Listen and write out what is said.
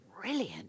brilliant